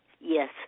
Yes